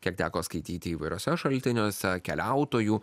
kiek teko skaityti įvairiuose šaltiniuose keliautojų